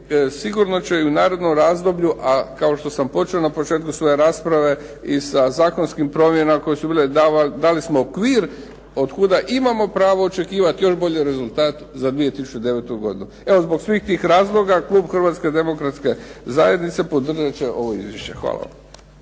Sigurno će i u narednom razdoblju a kao što sam počeo na početku svoje rasprave i sa zakonskim promjenama koje su bile dali smo okvir od kuda imamo pravo očekivati još bolji rezultat za 2009. godinu. Evo zbog svih tih razloga klub Hrvatske demokratske zajednice podržat će ovo izvješće. Hvala.